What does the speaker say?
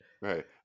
Right